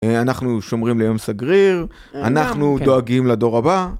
אה... אנחנו שומרים ליום סגריר, אנחנו דואגים לדור הבא.